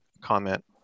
comment